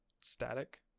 static